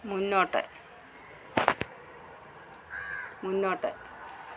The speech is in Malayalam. മുന്നോട്ട് മുന്നോട്ട്